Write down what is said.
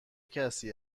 کسی